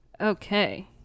okay